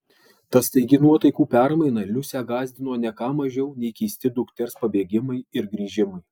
ta staigi nuotaikų permaina liusę gąsdino ne ką mažiau nei keisti dukters pabėgimai ir grįžimai